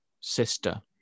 sister